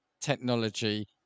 technology